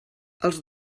els